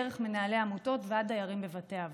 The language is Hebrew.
דרך מנהלי עמותות ועד דיירים בבתי אבות.